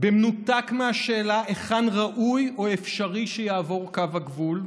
במנותק מהשאלה היכן ראוי או אפשרי שיעבור קו הגבול,